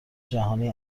جهانی